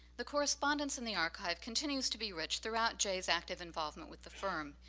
the correspondence in the archive continues to be rich throughout jay's active involvement with the firm,